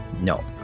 No